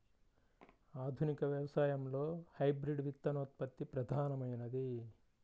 ఆధునిక వ్యవసాయంలో హైబ్రిడ్ విత్తనోత్పత్తి ప్రధానమైనది